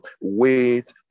weight